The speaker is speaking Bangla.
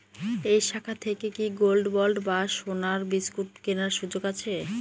এই শাখা থেকে কি গোল্ডবন্ড বা সোনার বিসকুট কেনার সুযোগ আছে?